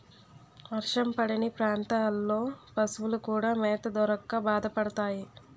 వర్షం పడని ప్రాంతాల్లో పశువులు కూడా మేత దొరక్క బాధపడతాయి